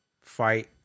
fight